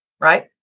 Right